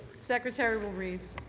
secretary will read.